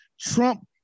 Trump